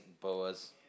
Boas